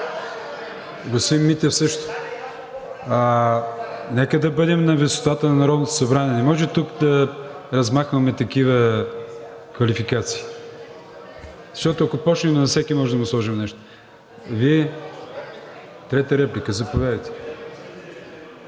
господин Митев, също нека да бъдем на висотата на Народното събрание. Не може тук да размахваме такива квалификации. Защото, ако започнем, на всеки можем да му сложим нещо. Трета реплика? Заповядайте.